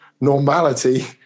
normality